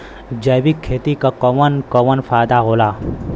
जैविक खेती क कवन कवन फायदा होला?